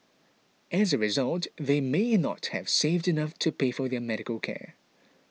as a result they may not have saved enough to pay for their medical care